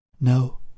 No